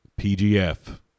PGF